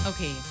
Okay